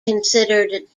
considered